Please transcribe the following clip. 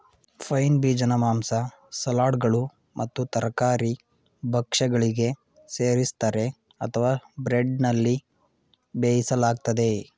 pine ಬೀಜನ ಮಾಂಸ ಸಲಾಡ್ಗಳು ಮತ್ತು ತರಕಾರಿ ಭಕ್ಷ್ಯಗಳಿಗೆ ಸೇರಿಸ್ತರೆ ಅಥವಾ ಬ್ರೆಡ್ನಲ್ಲಿ ಬೇಯಿಸಲಾಗ್ತದೆ